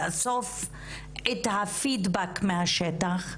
לאסוף את הפידבק מהשטח.